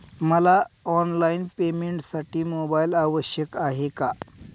मला ऑनलाईन पेमेंटसाठी मोबाईल आवश्यक आहे का?